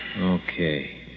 Okay